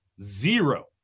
Zero